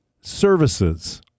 services